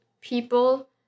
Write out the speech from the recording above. people